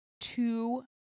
two